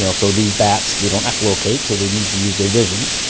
yeah so these bats, they don't echolocate, so they need to use their vision,